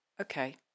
okay